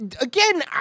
again